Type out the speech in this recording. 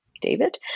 David